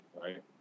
right